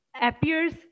appears